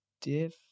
Diff